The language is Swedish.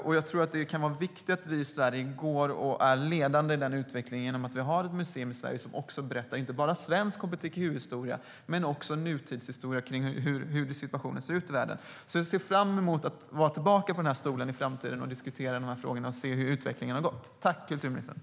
Det kan vara viktigt att vi i Sverige är ledande i den utvecklingen. Vi har ju ett museum som berättar om inte bara svensk hbtq-historia utan också om nutidshistoria och hur situationen ser ut i världen. Jag ser fram emot att komma tillbaka till den här stolen i framtiden och diskutera de här frågorna, för att se hur det utvecklat sig.